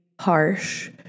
harsh